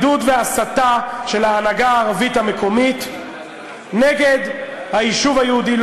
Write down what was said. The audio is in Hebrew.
עידוד והסתה של ההנהגה הערבית המקומית נגד היישוב היהודי.